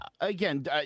Again